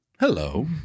hello